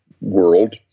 world